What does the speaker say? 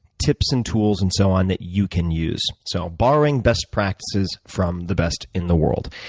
tips and tools, and so on, that you can use. so, borrowing best practices from the best in the world.